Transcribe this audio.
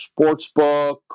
Sportsbook